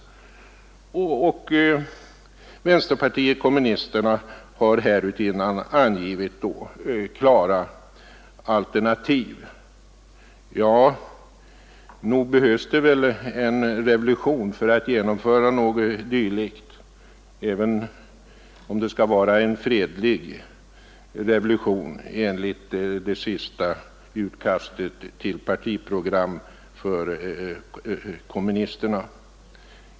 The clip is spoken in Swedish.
Vänsterpartiet kommunisterna har härutinnan angivit klara alternativ. Ja, nog behövs det en revolution för att genomföra något dylikt, även om det skall vara en fredlig revolution enligt det senaste utkastet till partiprogram för kommunisterna.